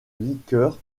liqueurs